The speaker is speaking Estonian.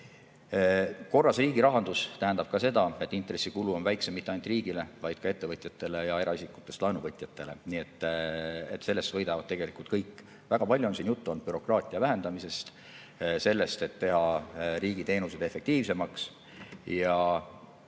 Korras riigirahandus tähendab ka seda, et intressikulu on väiksem mitte ainult riigile, vaid ka ettevõtjatele ja eraisikutest laenuvõtjatele, nii et sellest võidavad tegelikult kõik. Väga palju on siin juttu olnud bürokraatia vähendamisest, sellest, et teha riigiteenused efektiivsemaks.